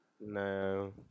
No